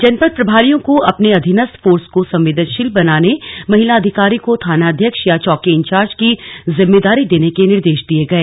जनपद प्रभारियों को अपने अधीनस्थ फोर्स को संवेदनशील बनाने महिला अधिकारी को थानाध्यक्ष या चौकी इन्चार्ज की जिम्मेदारी बनाने के निर्देश दिये गए